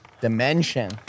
dimension